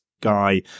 guy